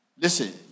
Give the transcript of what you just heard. Listen